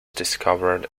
discovered